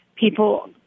People